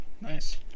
Nice